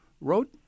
wrote